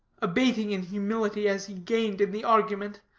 abating in humility as he gained in the argument.